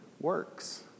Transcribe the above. works